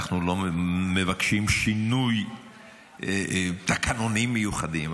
אנחנו לא מבקשים שינוי תקנונים מיוחדים.